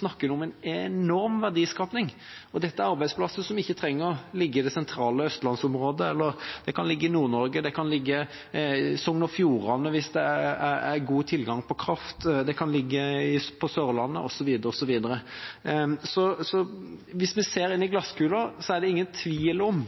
snakker vi om en enorm verdiskaping. Dette er arbeidsplasser som ikke trenger å ligge i det sentrale østlandsområdet – de kan ligge i Nord-Norge, de kan ligge i Sogn og Fjordane hvis det er god tilgang på kraft, de kan ligge på Sørlandet, osv. Hvis vi ser inn i glasskula, er det ingen tvil om